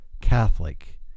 Catholic